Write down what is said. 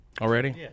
Already